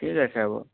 ঠিক আছে হ'ব